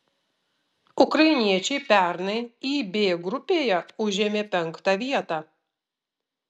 ukrainiečiai pernai ib grupėje užėmė penktą vietą